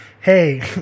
hey